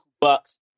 bucks